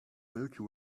milky